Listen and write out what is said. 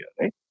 Right